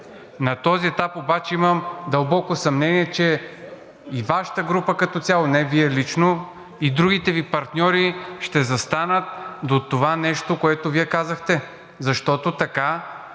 На този етап обаче имам дълбоко съмнение, че и Вашата група като цяло – не Вие лично, и другите Ви партньори ще застанат до това нещо, което Вие казахте. Защото така